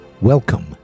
Welcome